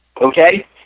Okay